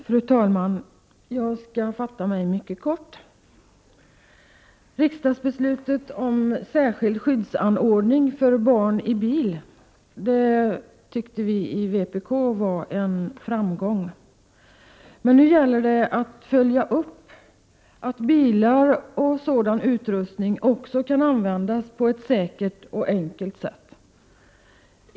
Fru talman! Jag skall fatta mig mycket kort. Riksdagsbeslutet om särskild skyddsanordning för barn i bil tyckte vi i vpk var en framgång. Nu gäller det att följa upp att bilar och sådan utrustning också kan användas på ett säkert och enkelt sätt.